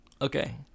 Okay